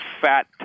fat